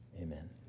Amen